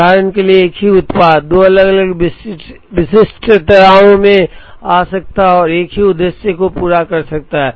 उदाहरण के लिए एक ही उत्पाद दो अलग अलग विशिष्टताओं में आ सकता है और वे एक ही उद्देश्य को पूरा कर सकते हैं